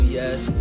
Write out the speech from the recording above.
yes